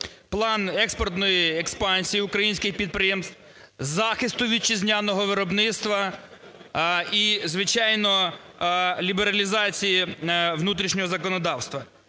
план експортної експансії українських підприємств, захисту вітчизняного виробництва і, звичайно, лібералізації внутрішнього законодавства.